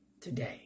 today